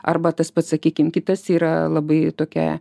arba tas pats sakykim kitas yra labai tokia